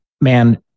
man